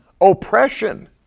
oppression